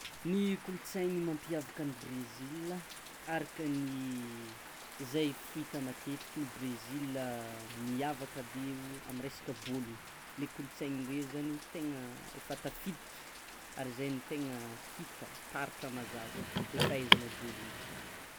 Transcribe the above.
Ny kolontsainy mampiavaka ny Brezila zay fohita matetiky ny Brezila miavaka be amy resaka bôla, le kolontsaindreo zany tegna tafiditra ary zay ny hitam-paritra mazazva le fahaizany bôla io.